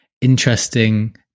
interesting